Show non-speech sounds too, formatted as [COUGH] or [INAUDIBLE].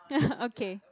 [LAUGHS] okay